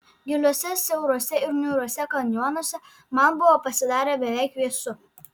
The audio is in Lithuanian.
giliuose siauruose ir niūriuose kanjonuose man buvo pasidarę beveik vėsu